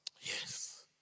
Yes